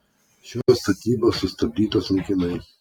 šios statybos sustabdytos laikinai